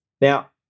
Now